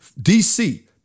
DC